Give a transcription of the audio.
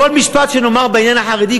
כל משפט שנאמר בעניין החרדי,